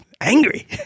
angry